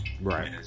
right